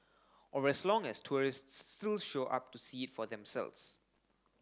or as long as tourists still show up to see it for themselves